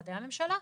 משרדי הממשלה,